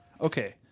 Okay